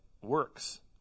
works